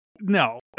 no